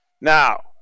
now